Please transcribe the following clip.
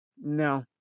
no